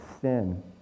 sin